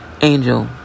angel